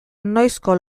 noizko